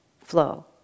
flow